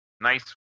Nice